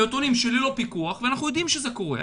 פעוטונים ללא פיקוח, ואנחנו יודעים שזה קורה.